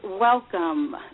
welcome